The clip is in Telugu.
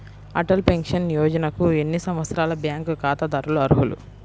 అటల్ పెన్షన్ యోజనకు ఎన్ని సంవత్సరాల బ్యాంక్ ఖాతాదారులు అర్హులు?